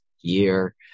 year